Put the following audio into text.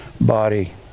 Body